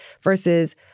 versus